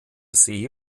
see